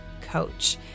Coach